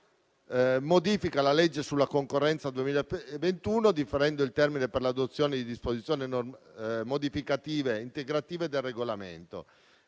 modifica la legge sulla concorrenza 2021, differendo il termine per l'adozione di disposizioni modificative ed integrative del regolamento,